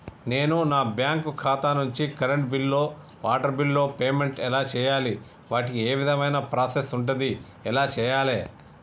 నేను నా బ్యాంకు ఖాతా నుంచి కరెంట్ బిల్లో వాటర్ బిల్లో పేమెంట్ ఎలా చేయాలి? వాటికి ఏ విధమైన ప్రాసెస్ ఉంటది? ఎలా చేయాలే?